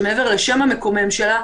שמעבר לשם המקומם שלה,